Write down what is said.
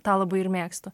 tą labai ir mėgstu